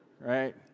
right